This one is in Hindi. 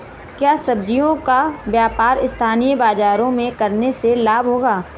क्या सब्ज़ियों का व्यापार स्थानीय बाज़ारों में करने से लाभ होगा?